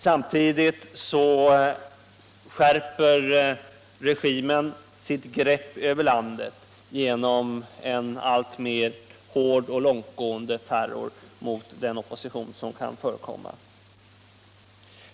Samtidigt skärper regimen sitt grepp över landet genom en alltmera hård och långtgående terror mot den opposition som kan förekomma.